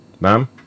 Ma'am